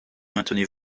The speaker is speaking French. maintenez